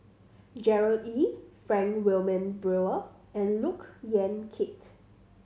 Gerard Ee Frank Wilmin Brewer and Look Yan Kit